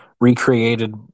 recreated